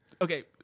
Okay